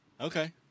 Okay